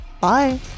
Bye